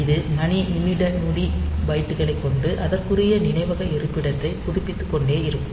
இது மணி நிமிட நொடி பைட்டுகளைக் கொண்டு அதற்குரிய நினைவக இருப்பிடத்தை புதுப்பித்துக் கொண்டே இருக்கும்